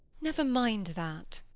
never mind that.